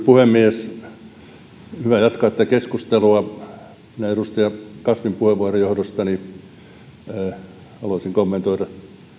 puhemies on hyvä jatkaa tätä keskustelua edustaja kasvin puheenvuoron johdosta haluaisin kommentoida